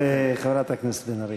אל תדאג, חברת הכנסת בן ארי,